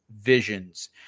visions